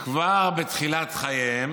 כבר בתחילת חייהם